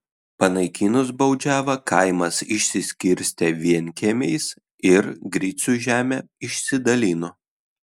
panaikinus baudžiavą kaimas išsiskirstė vienkiemiais ir gricių žemę išsidalino